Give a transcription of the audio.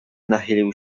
nachylił